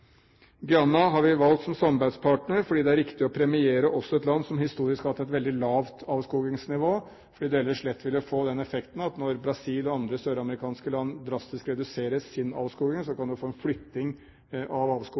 har vi valgt som samarbeidspartner, fordi det er riktig å premiere også et land som historisk har hatt et veldig lavt avskogingsnivå. Ellers ville det lett få den effekten at når Brasil og andre søramerikanske land drastisk reduserer sin avskoging, kan man få en flytting av